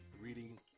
reading